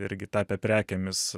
irgi tapę prekėmis